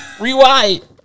Rewind